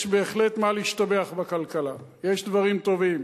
יש בהחלט מה להשתבח בכלכלה, יש דברים טובים,